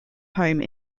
home